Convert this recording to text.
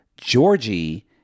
georgie